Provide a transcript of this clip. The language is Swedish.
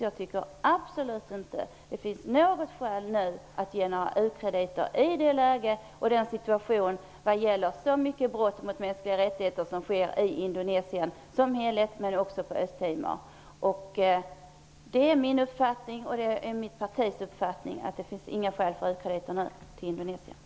Det finns absolut inte något skäl att ge några u-krediter i ett läge med så många brott mot de mänskliga rättigheterna som nu sker i Indonesien som helhet och också i Östtimor. Det är min och mitt partis uppfattning att det inte finns några skäl till u-krediter till Indonesien nu.